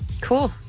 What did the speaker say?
Cool